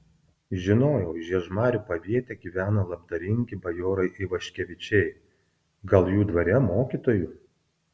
žinojau žiežmarių paviete gyvena labdaringi bajorai ivaškevičiai gal jų dvare mokytoju